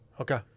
Okay